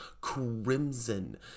crimson